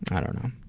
i don't know.